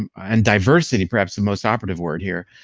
um and diversity, perhaps the most operative word here,